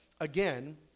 again